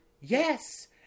yes